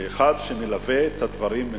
כאחד שמלווה את הדברים,